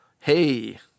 hey